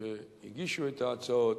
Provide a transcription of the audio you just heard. שהגישו את ההצעות,